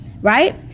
right